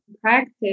practice